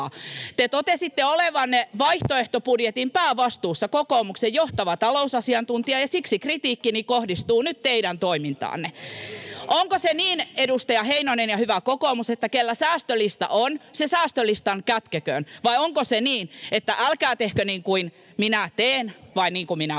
Te totesitte olevanne vaihtoehtobudjetissa päävastuussa, kokoomuksen johtava talousasiantuntija, ja siksi kritiikkini kohdistuu nyt teidän toimintaanne. Onko se niin, edustaja Heinonen ja hyvä kokoomus, että kellä säästölista on, se säästölistan kätkeköön, [Timo Heinonen pyytää vastauspuheenvuoroa] vai onko se niin, että älkää tehkö niin kuin minä teen, vaan niin kuin minä opetan?